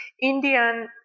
Indian